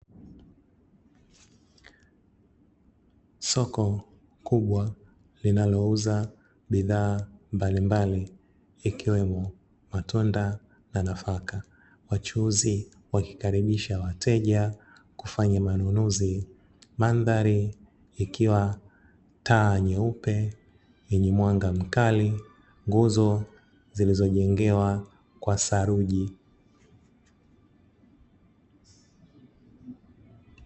Soko kubwa linalouza bidhaa mbalimbali ikiwemo matunda na nafaka, wachuzi wakikaribisha wateja kufanya manunuzi, mandhari ikiwa taa nyeupe yenye mwanga mkali, nguzo zilizojengewa kwa saruji.